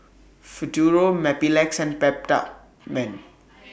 Futuro Mepilex and Peptamen